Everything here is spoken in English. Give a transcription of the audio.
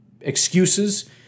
excuses